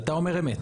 ואתה אומר אמת.